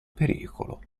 pericolo